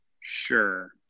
Sure